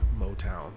Motown